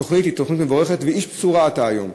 התוכנית מבורכת, ואיש בשורה אתה היום,